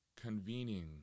convening